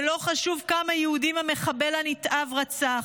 ולא חשוב כמה יהודים המחבל הנתעב רצח,